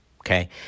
okay